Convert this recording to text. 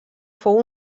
fou